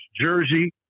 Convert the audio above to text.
jersey